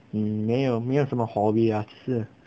hmm 没有没有什么 hobby lah 只是